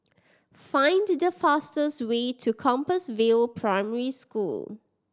find the fastest way to Compassvale Primary School